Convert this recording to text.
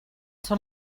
són